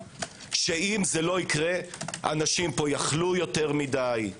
שאם זה לא יקרה אנשים פה יחלו יותר מדי,